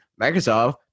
microsoft